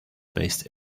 based